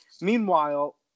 Meanwhile